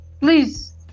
Please